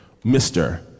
Mr